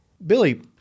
Billy